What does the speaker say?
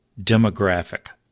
demographic